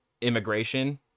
immigration